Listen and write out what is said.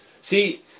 see